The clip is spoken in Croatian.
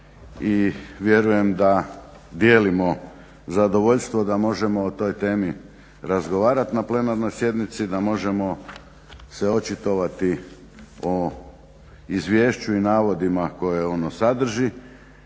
i vjerujem da dijelimo zadovoljstvo da možemo o toj temi razgovarati na plenarnoj sjednici, da možemo se očitovati o izvješću i navodima koje ono sadrži,